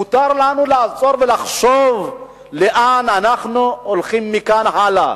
מותר לנו לעצור ולחשוב לאן אנחנו הולכים מכאן הלאה,